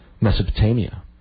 Mesopotamia